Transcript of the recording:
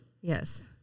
Yes